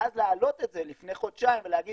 ואז להעלות את זה לפני חודשיים ולהגיד